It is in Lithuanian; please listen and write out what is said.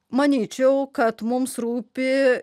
manyčiau kad mums rūpi